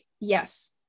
Yes